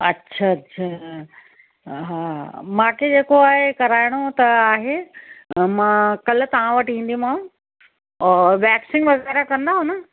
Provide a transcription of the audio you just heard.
अच्छा अच्छा हा मांखे जेको आहे कराइणो त आहे मां कल्ह तव्हां वटि ईंदीमांव और वेक्सिंग वग़ैरह कंदा आहियो न